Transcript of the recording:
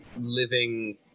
living